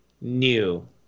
new